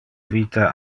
vita